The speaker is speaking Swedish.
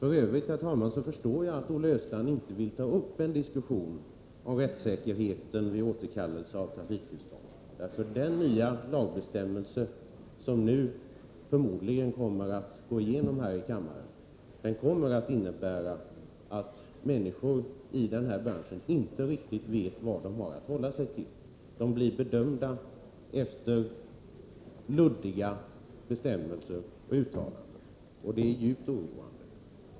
I övrigt förstår jag, herr talman, att Olle Östrand inte vill ta upp en diskussion om rättssäkerheten vid återkallelse av trafiktillstånd. Den nya lagbestämmelse som nu förmodligen kommer att gå igenom här i kammaren kommer att innebära att människor i den här branschen inte riktigt vet vad de har att hålla sig till. De blir bedömda efter luddiga bestämmelser och uttalanden. Det är djupt oroande.